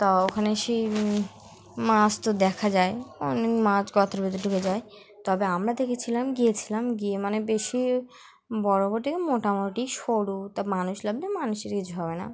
তা ওখানে সেই মাছ তো দেখা যায় অনেক মাছ কতর ভতর ঢুকে যায় তবে আমরা দেখেছিলাম গিয়েছিলাম গিয়ে মানে বেশি বড় বড়টি মোটামুটি সরু তা মানুষ লাভ মানুষের কিছু হবে না